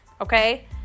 okay